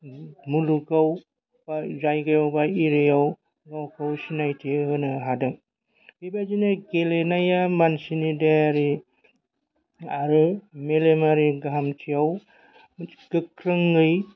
मुलुगाव जायगायाव एबा एरियायाव गावखौ सिनायथि होनो हादों बेबादिनो गेलेनाया मानसिनि देहायारि आरो मेलेमारि गाहामथियाव गोख्रोङै